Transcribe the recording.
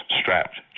strapped